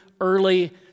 early